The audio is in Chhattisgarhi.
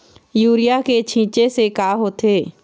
यूरिया के छींचे से का होथे?